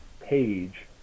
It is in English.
page